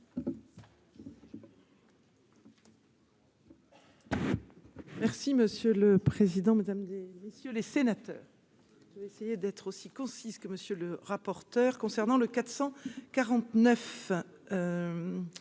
Merci monsieur le président, Mesdames et messieurs les sénateurs, je vais essayer d'être aussi concis ce que monsieur le rapporteur, concernant le 449